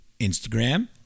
instagram